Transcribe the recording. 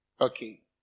okay